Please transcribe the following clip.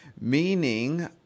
Meaning